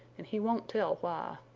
and he won't tell why.